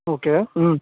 okay